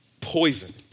poison